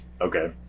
Okay